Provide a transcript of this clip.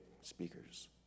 speakers